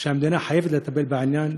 אלא המדינה חייבת לטפל בעניין.